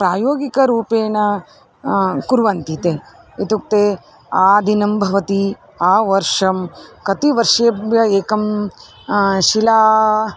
प्रायोगिकरूपेण कुर्वन्ति ते इत्युक्ते आदिनं भवति आवर्षं कति वर्षेभ़यः एका शिला